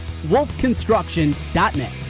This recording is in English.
wolfconstruction.net